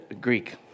Greek